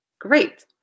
Great